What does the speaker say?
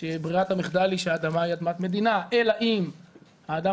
ברירת המחדל היא שהאדמה היא אדמת מדינה אלא אם האדם